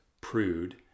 prude